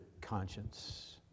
conscience